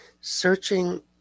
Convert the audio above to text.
searching